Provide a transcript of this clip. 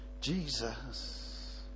Jesus